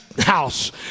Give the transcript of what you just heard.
house